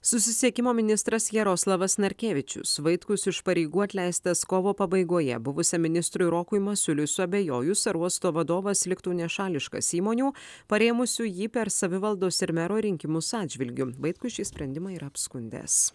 susisiekimo ministras jaroslavas narkevičius vaitkus iš pareigų atleistas kovo pabaigoje buvusiam ministrui rokui masiuliui suabejojus ar uosto vadovas liktų nešališkas įmonių parėmusių jį per savivaldos ir mero rinkimus atžvilgiu vaitkus šį sprendimą yra apskundęs